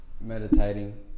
meditating